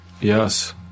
Yes